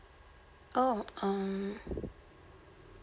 oh um